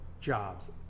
jobs